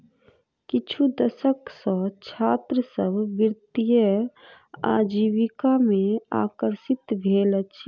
किछु दशक सॅ छात्र सभ वित्तीय आजीविका में आकर्षित भेल अछि